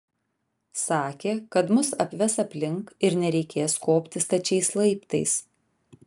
sakė kad mus apves aplink ir nereikės kopti stačiais laiptais